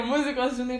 muzikos žinai